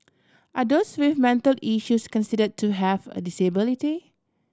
are those with mental issues consider to have a disability